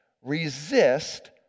resist